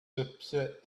upset